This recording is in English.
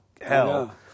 hell